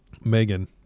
Megan